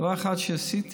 דבר אחד שעשיתי,